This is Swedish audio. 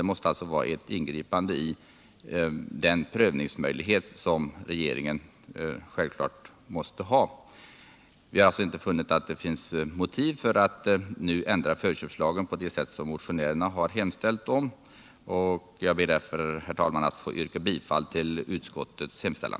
Det måste alltså ske ett ingripande i den prövningsmöjlighet som regeringen självklart måste ha. Vi har inte funnit motiv för att nu ändra förköpslagen på det sätt som motionärerna har hemställt om, och jag ber därför, herr talman, att få yrka bifall till utskottets hemställan.